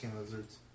lizards